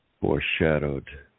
foreshadowed